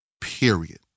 Period